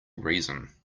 reason